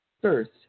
First